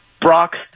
Brock